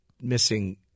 missing